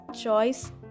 choice